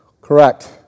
Correct